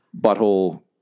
Butthole